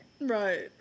Right